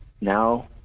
now